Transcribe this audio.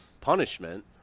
punishment